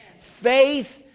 Faith